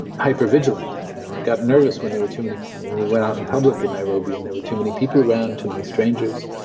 hypervigilant. you know i got nervous when there were too many. when we went out in public in nairobi and there were too many people around too many strangers,